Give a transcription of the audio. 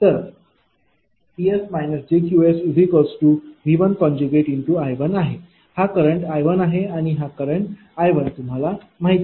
तर Ps jQsV1I1 आहे हा करंट I1आहे आणि हा करंट I1तुम्हाला माहिती आहे